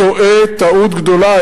טועה טעות גדולה.